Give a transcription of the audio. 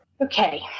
Okay